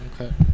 Okay